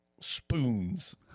spoons